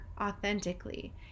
authentically